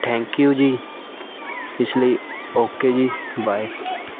thank you ਜੀ ਇਸ ਲਈ ਓਕੇ ਜੀ ਬਾਏ